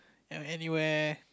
ya anywhere